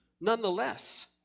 nonetheless